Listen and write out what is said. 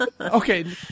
okay